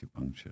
acupuncture